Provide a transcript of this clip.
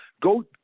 go